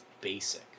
basic